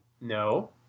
No